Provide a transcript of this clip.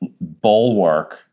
bulwark